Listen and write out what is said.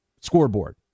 Scoreboard